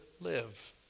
live